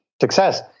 success